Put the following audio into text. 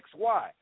XY